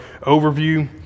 overview